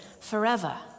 forever